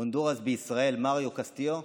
הונדורס בישראל מריו קסטיו.